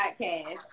podcast